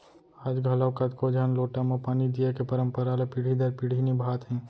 आज घलौक कतको झन लोटा म पानी दिये के परंपरा ल पीढ़ी दर पीढ़ी निभात हें